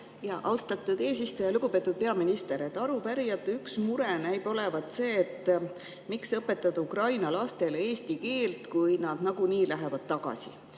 Austatud eesistuja! Lugupeetud peaminister! Arupärijate üks mure näib olevat see, miks õpetada Ukraina lastele eesti keelt, kui nad nagunii lähevad tagasi.